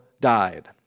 died